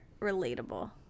relatable